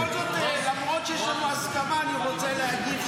בכל זאת, למרות שיש לנו הסכמה, אני רוצה להגיב.